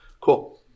Cool